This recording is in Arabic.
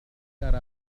تتذكر